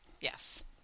Yes